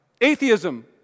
Atheism